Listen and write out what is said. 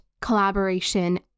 collaboration